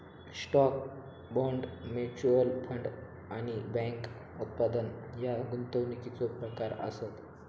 stock, bond, mutual fund आणि bank उत्पादना ह्या गुंतवणुकीचो प्रकार आसत